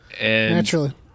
Naturally